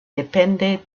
depende